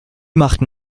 machten